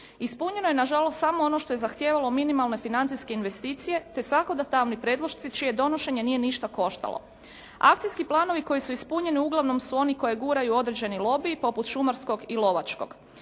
Ispunjeno je nažalost samo ono što je zahtijevalo minimalne financijske investicije te …/Govornica se ne razumije./… prijedlozi čije donošenje nije ništa koštalo. Akcijski planovi koji su ispunjeni uglavnom su oni koje guraju određeni lobiji poput šumarskog i lovačkog.